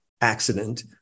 accident